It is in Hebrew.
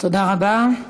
תודה רבה.